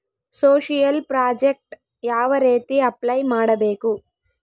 Social project ಯಾವ ರೇತಿ apply ಮಾಡಬೇಕು?